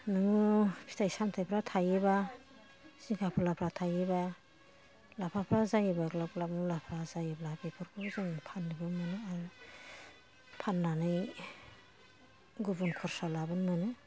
नोङो फिथाय सामथायफ्रा थायोबा जिंका फोरलाफ्रा थाइयोबा लाफाफ्रा जायोबा ग्लाब ग्लाब मुलाफ्रा जायोब्ला बेफोरखौ जों फाननोबो मोनो आरो फाननानै गुबुन खरसा लाबोनो मोनो